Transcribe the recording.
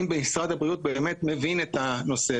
אם משרד הבריאות באמת מבין את הנושא,